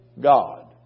God